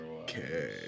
Okay